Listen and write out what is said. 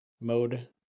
mode